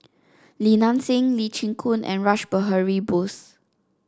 Li Nanxing Lee Chin Koon and Rash Behari Bose